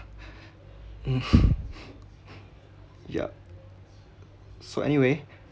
yup so anyway